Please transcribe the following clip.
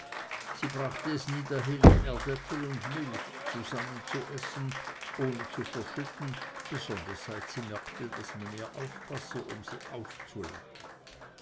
sie brachte es nie dahin erdäpfel und milch zusammen zu essen ohne zu verschütten besonders seit sie merkte daß man ihr aufpasse um sie auszulachen